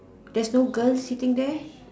there's no girl seating there